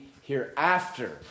hereafter